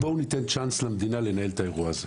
בואו ניתן צ'אנס למדינה לנהל את האירוע הזה.